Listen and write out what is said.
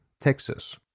Texas